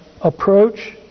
approach